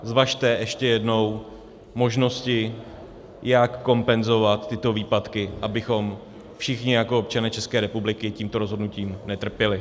Zvažte ještě jednou možnosti, jak kompenzovat tyto výpadky, abychom všichni jako občané České republiky tímto rozhodnutím netrpěli.